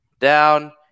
Down